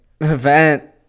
event